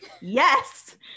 Yes